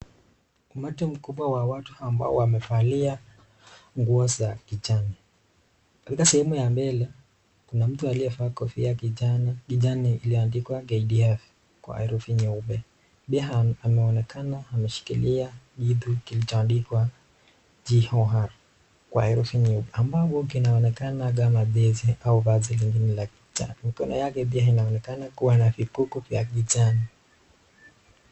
Umati mkubwa wa watu ambao wamevalia nguo za kijani. Katika sehemu ya mbele kuna mtu aliyevalia kofia ya kijani iliyoandikwa KDF kwa herufi nyeupe pia ameonekana ameshikilia kitu kilicho andikwa GOR kwa herufi nyeupe ambacho kinaonekana kama jezi ama vazi lingine la mikono yake pia inaonekana kuwa na vikuku vya kijani.